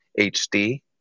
HD